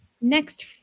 next